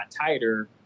tighter